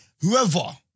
whoever